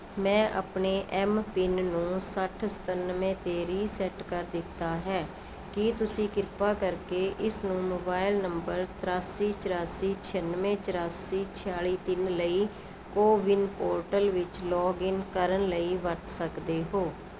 ਮੈਂ ਆਪਣੇ M PIN ਨੂੰ ਸੱਠ ਸਤਾਨਵੇਂ 'ਤੇ ਰੀਸੈੱਟ ਕਰ ਦਿੱਤਾ ਹੈ ਕੀ ਤੁਸੀਂ ਕਿਰਪਾ ਕਰਕੇ ਇਸ ਨੂੰ ਮੋਵਾਈਲ ਨੰਬਰ ਤਰਾਸੀ ਚਰਾਸੀ ਛਿਆਨਵੇਂ ਚੁਰਾਸੀ ਛਿਆਲੀ ਤਿੰਨ ਲਈ ਕੋਵਿਨ ਪੋਰਟਲ ਵਿੱਚ ਲੌਗਇਨ ਕਰਨ ਲਈ ਵਰਤ ਸਕਦੇ ਹੋ